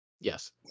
Yes